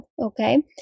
Okay